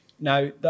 Now